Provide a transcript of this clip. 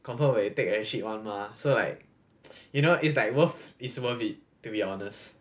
confirm will take a shit one mah so like you know it's like worth is worth it to be honest